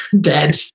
dead